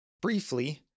briefly